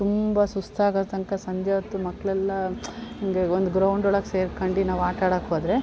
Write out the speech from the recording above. ತುಂಬ ಸುಸ್ತಾಗೋ ತನಕ ಸಂಜೆ ಹೊತ್ತು ಮಕ್ಕಳೆಲ್ಲ ಹಿಂಗೆ ಒಂದು ಗ್ರೌಂಡ್ ಒಳಗೆ ಸೇರ್ಕೊಂಡು ನಾವು ಆಟಾಡೋಕ್ ಹೋದರೆ